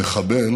המחבל